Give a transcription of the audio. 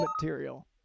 material